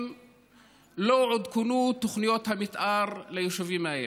לא עודכנו תוכניות המתאר ליישובים האלה.